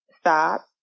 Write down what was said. stop